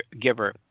giver